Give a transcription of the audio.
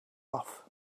off